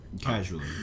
Casually